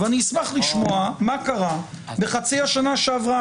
ואני אשמח לשמוע מה קרה בחצי השנה שעברה,